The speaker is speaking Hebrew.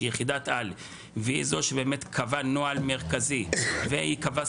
היא יחידת על והיא זו שבאמת קבעה נוהל מרכזי והיא קבעה